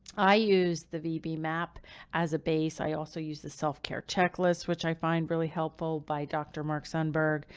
i use the vb mapp as a base. i also use the self care checklist, which i find really helpful by dr. mark sundberg.